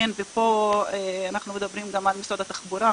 פה אנחנו מדברים גם על משרד התחבורה,